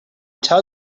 tell